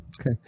Okay